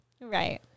Right